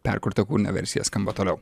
perkurta kūrinio versija skamba toliau